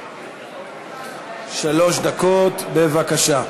שלוש דקות, בבקשה.